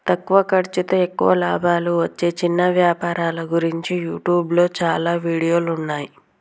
తక్కువ ఖర్సుతో ఎక్కువ లాభాలు వచ్చే చిన్న వ్యాపారాల గురించి యూట్యూబ్లో చాలా వీడియోలున్నయ్యి